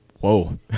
whoa